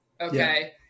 Okay